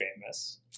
famous